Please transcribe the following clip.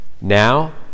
now